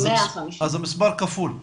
אז המספר כפול.